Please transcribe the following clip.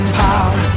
power